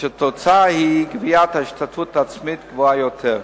כשהתוצאה היא גביית השתתפות עצמית גבוהה יותר.